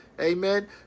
Amen